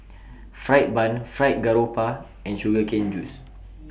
Fried Bun Fried Garoupa and Sugar Cane Juice